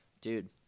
dude